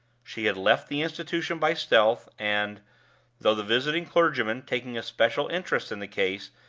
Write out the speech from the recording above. she had left the institution by stealth and though the visiting clergyman, taking a special interest in the case,